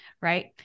Right